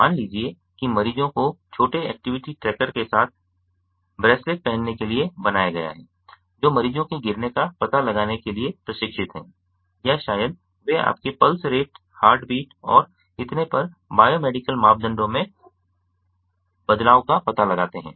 मान लीजिए कि मरीजों को छोटे एक्टिविटी ट्रैकर के साथ ब्रेसलेट पहनने के लिए बनाया गया है जो मरीजों के गिरने का पता लगाने के लिए प्रशिक्षित हैं या शायद वे आपके पल्स रेट हार्टबीट और इतने पर बायोमेडिकल मापदंडों में बदलाव का पता लगाते हैं